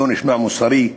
לא נשמע מוסרי,